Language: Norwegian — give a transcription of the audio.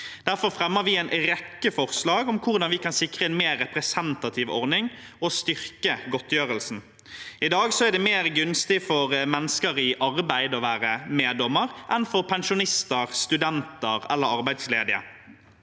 Derfor fremmer vi en rekke forslag om hvordan vi kan sikre en mer representativ ordning og styrke godtgjørelsen. I dag er det mer gunstig for mennesker i arbeid enn for pensjonister, studenter eller arbeidsledige